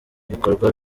bikorwa